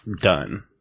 done